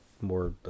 more